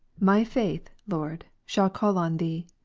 my faith. lord, shall call on thee,